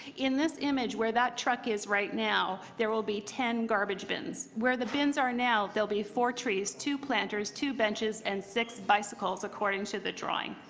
in this image where that truck is right now, there will be ten garbage bins. where the bins are now, there will be four trees, two planners, two benches, and sick bicycles, according to the drawing.